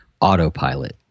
autopilot